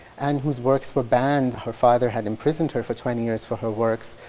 and whose works were banned. her father had imprisoned her for twenty years for her works.